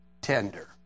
tender